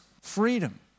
freedom